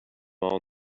all